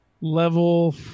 level